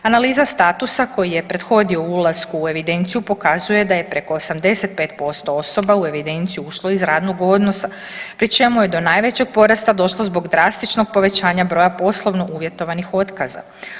Analiza statusa koji je prethodio ulasku u evidenciju pokazuje da je preko 85% osoba u evidenciju ušlo iz radnog odnosa pri čemu je do najvećeg porasta došlo zbog drastičnog povećanja broja poslovno uvjetovanih otkaza.